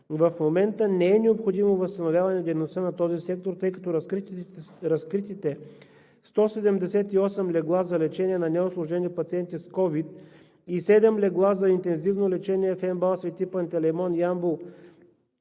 В момента не е необходимо възстановяване дейността на този сектор, тъй като разкритите 178 легла за лечение на неусложнени пациенти с ковид и 7 легла за интензивно лечение в „МБАЛ „Св. Пантелеймон” – Ямбол“